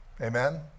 Amen